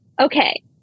okay